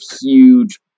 huge